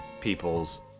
people's